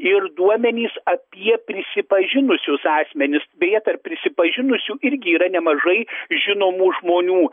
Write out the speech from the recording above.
ir duomenys apie prisipažinusius asmenis beje tarp prisipažinusių irgi yra nemažai žinomų žmonių